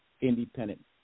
independent